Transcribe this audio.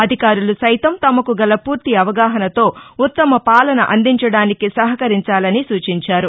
అధికారులు సైతం తమకుగల ఫూర్తి అవగాహనతో ఉత్తమ పాలన అందించడానికి సహకరించాలని సూచించారు